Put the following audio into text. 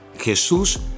Jesús